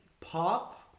pop